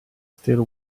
still